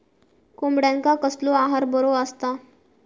कोंबड्यांका कसलो आहार बरो असता?